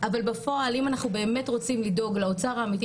אבל בפועל אם אנחנו באמת רוצים לדאוג לאוצר האמיתי